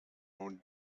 own